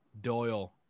Doyle